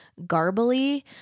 garbly